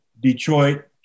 Detroit